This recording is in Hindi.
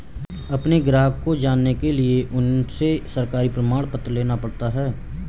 अपने ग्राहक को जानने के लिए उनसे सरकारी प्रमाण पत्र लेना पड़ता है